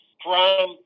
crime